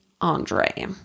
Andre